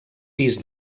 pis